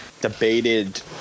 debated